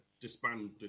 disband